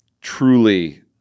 truly